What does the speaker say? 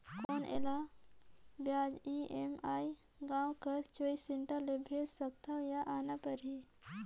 कौन एला ब्याज ई.एम.आई गांव कर चॉइस सेंटर ले भेज सकथव या आना परही?